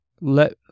let